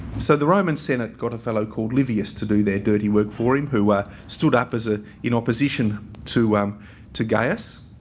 so, the roman senate got a fellow called livius to do their dirty work for him who stood up as a in opposition to um to gaius.